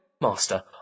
Master